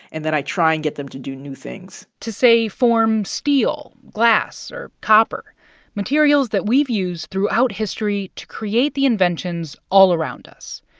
and then i try and get them to do new things to, say, form steel, glass or copper materials that we've used throughout history to create the inventions all around us.